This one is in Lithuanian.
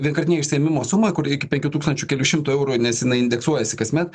vienkartinio išsiėmimo sumą kuri iki penkių tūkstančių kelių šimtų eurų nes jinai indeksuojasi kasmet